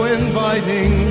inviting